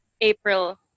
April